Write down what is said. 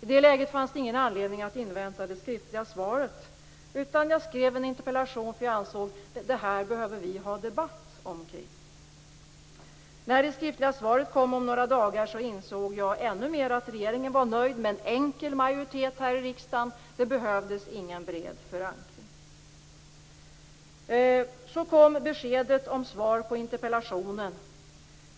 I det läget fanns det ingen anledning att invänta det skriftliga svaret, utan jag skrev en interpellation för att jag ansåg att vi behövde ha en debatt omkring det här. När det skriftliga svaret kom efter några dagar, insåg jag ännu mer att regeringen var nöjd med en enkel majoritet här i riksdagen. Det behövdes ingen bred förankring. Så kom beskedet om svar på interpellationen.